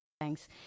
Thanks